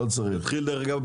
אין בעיה.